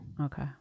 Okay